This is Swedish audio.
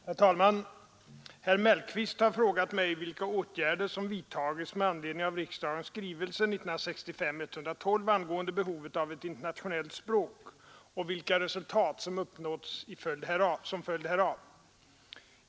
Herr talman! Herr Mellqvist har frågat mig vilka åtgärder som vidtagits med anledning av riksdagens skrivelse 1965:112 angående behovet av ett internationellt språk och vilka resultat som uppnåtts som följd härav.